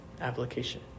application